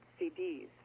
CDs